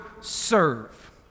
serve